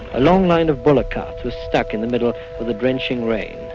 a long line of bullock carts is stuck in the middle of the drenching rain.